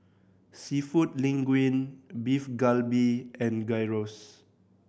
Seafood Linguine Beef Galbi and Gyros